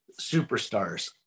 superstars